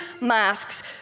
masks